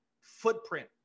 footprint